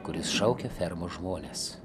kuris šaukia fermos žmones